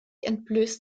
entblößte